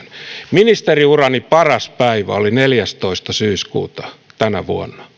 ministeriurani paras päivä oli neljästoista syyskuuta tänä vuonna